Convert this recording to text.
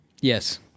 Yes